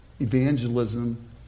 evangelism